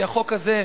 כי החוק הזה,